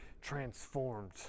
transformed